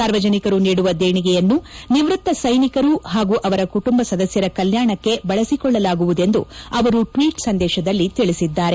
ಸಾರ್ವಜನಿಕರು ನೀಡುವ ದೇಣಿಗೆಯನ್ನು ನಿವೃತ್ತ ಸ್ಯೆನಿಕರು ಹಾಗೂ ಅವರ ಕುಟುಂಬ ಸದಸ್ದರ ಕಲ್ಚಾಣಕ್ಕೆ ಬಳಸಿಕೊಳ್ಳಲಾಗುವುದೆಂದು ಅವರು ಟ್ವೀಟ್ ಸಂದೇಶದಲ್ಲಿ ತಿಳಿಸಿದ್ದಾರೆ